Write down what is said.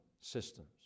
systems